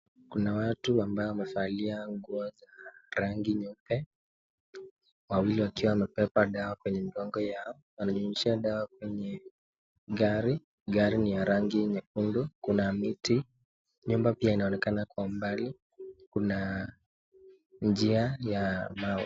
Kuna watu ambao wamevalia nguo za rangi nyeupe, wawili wakiwa wamebeba dawa kwenye migongo yao, wananyunyizia dawa kwenye gari. Gari ni ya rangi nyekundu. Kuna miti, nyumba pia inaonekana kwa mbali. Kuna njia ya mawe.